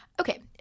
okay